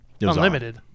unlimited